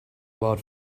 about